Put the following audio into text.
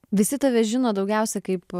visi tave žino daugiausia kaip